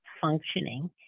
functioning